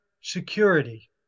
security